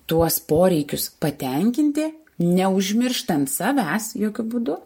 tuos poreikius patenkinti neužmirštant savęs jokiu būdu